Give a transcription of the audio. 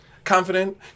confident